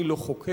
אני לא חוקר,